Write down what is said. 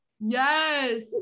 Yes